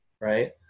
Right